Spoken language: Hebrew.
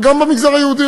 גם במגזר היהודי,